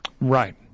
Right